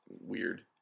weird